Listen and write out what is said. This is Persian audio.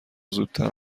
زودتر